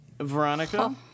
Veronica